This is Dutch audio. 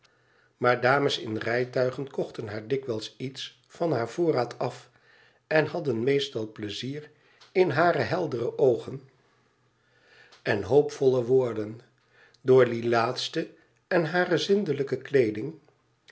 maar dames in rijtuigen kochten haar dikwijls iets van haar voorraad af en hadden meestal pleisier in hare heldere oogen en hoopvolle woorden door die laatste en hare zindelijke kleeding